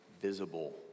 visible